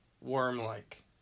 worm-like